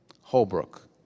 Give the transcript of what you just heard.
Holbrook